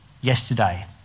yesterday